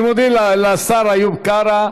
אני מודה לשר איוב קרא.